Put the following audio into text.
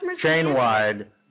chain-wide